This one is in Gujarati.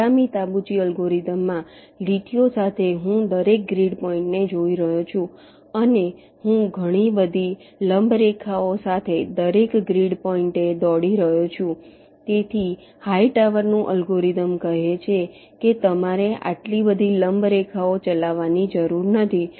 મીકામી તાબુચી અલ્ગોરિધમમાં લીટીઓ સાથે હું દરેક ગ્રીડ પોઈન્ટને જોઈ રહ્યો છું અને હું ઘણી બધી લંબ રેખાઓ સાથે દરેક ગ્રીડ પોઈન્ટે દોડી રહ્યો છું તેથી હાઈટાવરનું અલ્ગોરિધમHightower's algorithm કહે છે કે તમારે આટલી બધી લંબ રેખાઓ ચલાવવાની જરૂર નથી